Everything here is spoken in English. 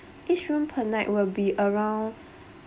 each room per night will be around